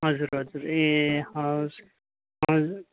हजुर हजुर ए हवस् हजुर